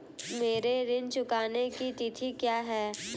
मेरे ऋण चुकाने की तिथि क्या है?